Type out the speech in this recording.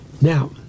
Now